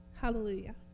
Hallelujah